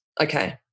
Okay